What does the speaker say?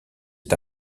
est